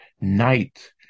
night